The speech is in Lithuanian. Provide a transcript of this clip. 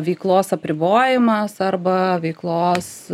veiklos apribojimas arba veiklos